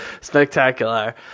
spectacular